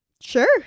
Sure